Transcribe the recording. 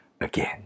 again